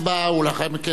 לאחר מכן ההצבעה,